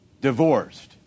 Divorced